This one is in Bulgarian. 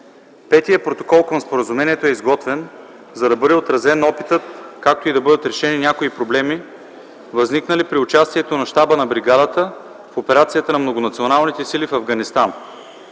Петият протокол към Споразумението е изготвен, за да бъде отразен опитът, както и да бъдат решени някои проблеми, възникнали при участието на Щаба на бригадата в операцията на Многонационалните сили в Афганистан.